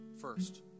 First